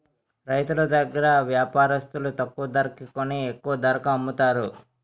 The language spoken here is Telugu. రైతులు దగ్గర వ్యాపారస్తులు తక్కువ ధరకి కొని ఎక్కువ ధరకు అమ్ముతారు